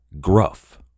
gruff